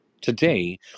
today